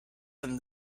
than